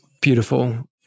beautiful